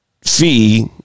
fee